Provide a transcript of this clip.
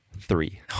three